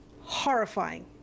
horrifying